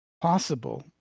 possible